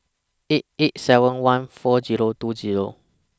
eight eight seven one four Zero two Zero